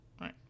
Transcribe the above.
Right